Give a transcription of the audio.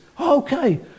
Okay